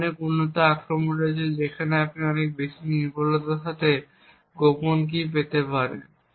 আরও অনেক উন্নত আক্রমণ রয়েছে যেখানে আপনি অনেক বেশি নির্ভুলতার সাথে গোপন কী পেতে পারেন